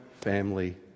family